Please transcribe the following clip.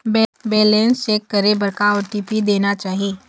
Balance check करे बर का ओ.टी.पी देना चाही?